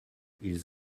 ils